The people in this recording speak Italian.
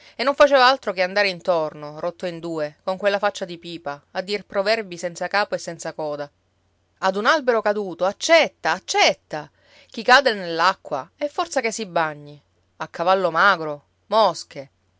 e non faceva altro che andare intorno rotto in due con quella faccia di pipa a dir proverbi senza capo e senza coda ad un albero caduto accetta accetta chi cade nell'acqua è forza che si bagni a cavallo magro mosche